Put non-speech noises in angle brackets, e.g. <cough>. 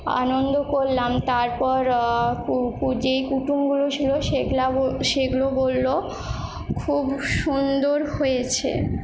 আনন্দ করলাম তারপর যেই কুটুমগুলো ছিল সেগলা <unintelligible> সেইগুলো বললো খুব সুন্দর হয়েছে